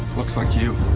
looks like you.